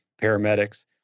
paramedics